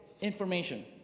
information